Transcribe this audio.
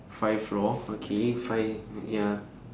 five floor okay five ya